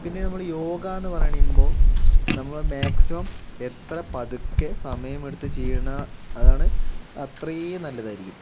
പിന്നെ നമ്മള് യോഗ എന്ന് പറയുമ്പോൾ നമ്മൾ മാക്സിമം എത്ര പതുക്കെ സമയമെടുത്ത് ചെയ്യണ അതാണ് അത്രയും നല്ലതായിരിക്കും